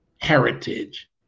heritage